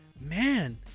man